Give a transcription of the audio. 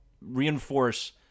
reinforce